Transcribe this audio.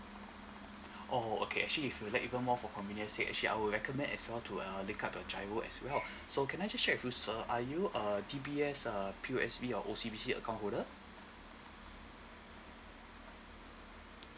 oh okay actually if you like even more for convenient sake actually I would recommend as well to uh back up a giro as well so can I just check with you sir are you a D_B_S uh P_O_S_B or O_C_B_C account holder